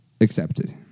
accepted